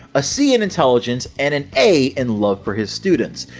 a c in intelligence, and an a in love for his students!